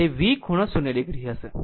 તે V ખૂણો 0 o હશે